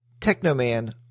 Technoman